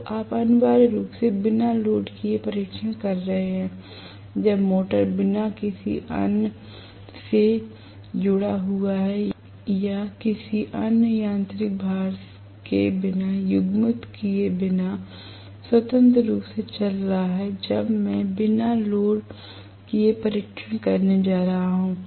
तो आप अनिवार्य रूप से बिना लोड किए परीक्षण कर रहे हैं जब मोटर बिना किसी अन्य से जुड़ा हुआ है या किसी अन्य यांत्रिक भार के बिना युग्मित किए बिना स्वतंत्र रूप से चल रहा है जब मैं बिना लोड किए परीक्षण करने जा रहा हूं